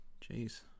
Jeez